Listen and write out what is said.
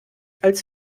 als